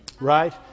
right